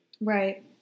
right